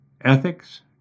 ethics